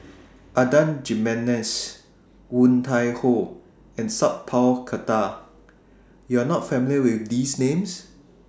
Adan Jimenez Woon Tai Ho and Sat Pal Khattar YOU Are not familiar with These Names